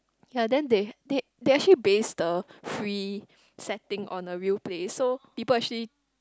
ya then they they actually base the free setting on the real place so people actually